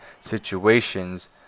situations